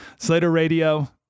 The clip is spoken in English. slaterradio